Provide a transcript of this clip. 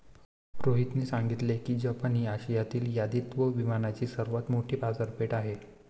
रोहितने सांगितले की जपान ही आशियातील दायित्व विम्याची सर्वात मोठी बाजारपेठ आहे